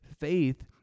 faith